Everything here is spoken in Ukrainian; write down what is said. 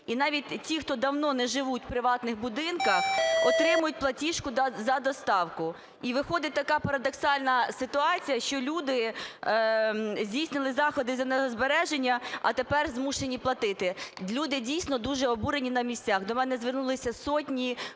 І навіть ті, хто давно не живуть в приватних будинках, отримують платіжку за доставку. І виходить така парадоксальна ситуація, що люди здійснювали заходи з енергозбереження, а тепер змушені платити. Люди, дійсно, дуже обурені на місцях. До мене звернулися сотні